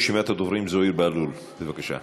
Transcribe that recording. רשימת הדוברים: זוהיר בהלול, בבקשה.